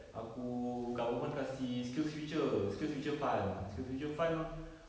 aku government kasih skillsfuture skillsfuture fund skillsfuture fund